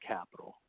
Capital